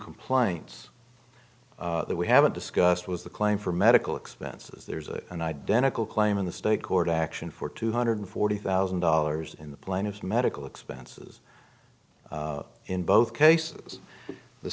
complaints that we haven't discussed was the claim for medical expenses there's a an identical claim in the state court action for two hundred forty thousand dollars in the plaintiff's medical expenses in both cases the